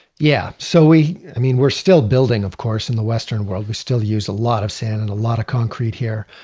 yeah. so i mean we're still building of course in the western world. we still use a lot of sand and a lot of concrete here.